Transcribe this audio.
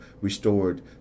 restored